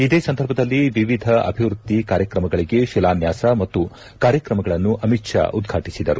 ಇದೇ ಸಂದರ್ಭದಲ್ಲಿ ವಿವಿಧ ಅಭಿವೃದ್ದಿ ಕಾರ್ಯಕ್ರಮಗಳಿಗೆ ಶಿಲಾನ್ಹಾಸ ಮತ್ತು ಕಾರ್ಯಕ್ರಮಗಳನ್ನು ಅಮಿತ್ ಷಾ ಉದ್ಘಾಟಿಸಿದರು